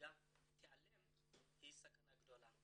שהמלגה תיעלם היא סכנה גדולה.